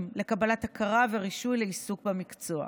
לקבלת הכרה ורישוי לעיסוק במקצוע.